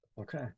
Okay